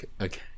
Okay